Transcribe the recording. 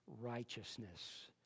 righteousness